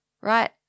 right